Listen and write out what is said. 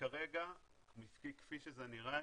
כרגע כפי שזה נראה,